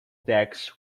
decks